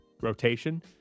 rotation